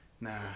Nah